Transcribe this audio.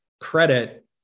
credit